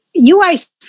UIC